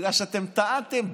בגלל שאתם טענתם,